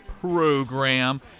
program